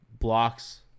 blocks